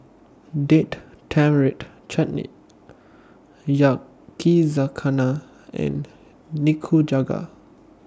Date Tamarind Chutney Yakizakana and Nikujaga